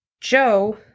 Joe